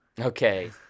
Okay